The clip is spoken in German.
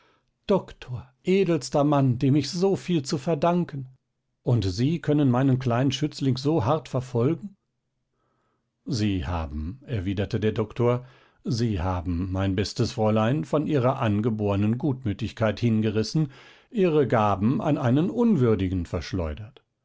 doktor edelster mann dem ich so viel zu verdanken und sie können meinen kleinen schützling so hart verfolgen sie haben erwiderte der doktor sie haben mein bestes fräulein von ihrer angebornen gutmütigkeit hingerissen ihre gaben an einen unwürdigen verschleudert